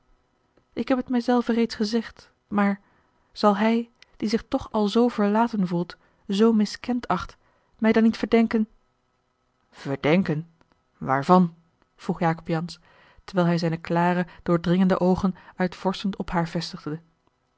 ik heb het mij zelve reeds gezegd maar zal hij die zich toch al zoo verlaten voelt zoo miskend acht mij dan niet verdenken verdenken waarvan vroeg jacob jansz terwijl hij zijne klare doordringende oogen uitvorschend op haar vestigde